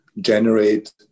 generate